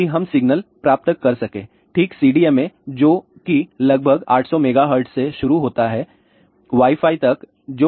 ताकि हम सिग्नल प्राप्त कर सकें ठीक CDMA जो कि लगभग 800 MHz से शुरू होता है से वाई फाई तक जो कि 25 GHz है